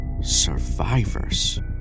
survivors